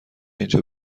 اینجا